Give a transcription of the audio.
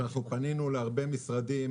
אנחנו פנינו להרבה משרדים,